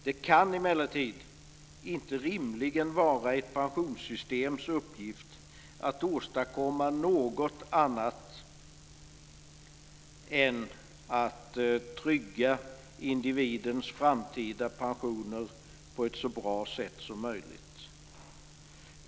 Det kan emellertid inte rimligen vara ett pensionssystems uppgift att åstadkomma något annat än att trygga individernas framtida pensioner på ett så bra sätt som möjligt.